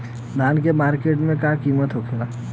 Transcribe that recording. धान क मार्केट में का कीमत होखेला?